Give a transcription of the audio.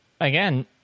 Again